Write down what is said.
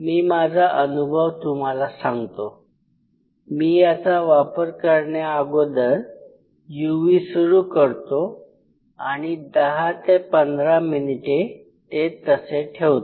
मी माझा अनुभव तुम्हाला सांगतो मी याचा वापर करण्या अगोदर UV सुरू करतो आणि १० ते १५ मिनिटे ते तसे ठेवतो